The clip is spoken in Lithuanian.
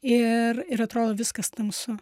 ir ir atrodo viskas tamsu